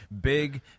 Big